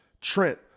trent